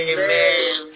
Amen